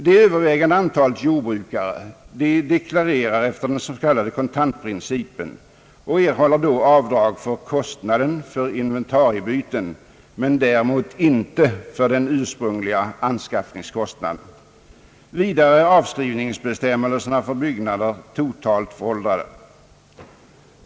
Det övervägande antalet jordbrukare deklarerar efter den s.k. kontantprincipen och erhåller då avdrag för kostnaden för inventariebyten men däremot inte för den ursprungliga anskaffningskostnaden. Vidare är avskrivningsbestämmelserna för byggnader totalt föråldrade.